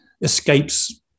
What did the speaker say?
escapes